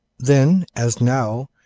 then, as now,